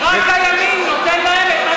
לא נבטל שום דבר.